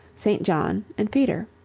st. john and peter.